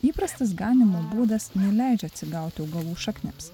įprastas ganymo būdas neleidžia atsigauti augalų šaknims